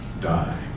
die